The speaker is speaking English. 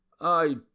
I